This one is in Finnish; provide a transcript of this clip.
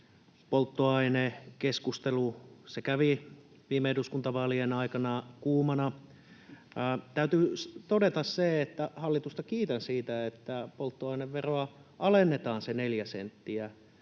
Polttoainekeskustelu — se kävi viime eduskuntavaalien aikana kuumana. Täytyy todeta, että hallitusta kiitän siitä, että polttoaineveroa alennetaan se neljä senttiä.